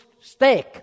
steak